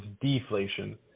deflation